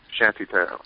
shantytown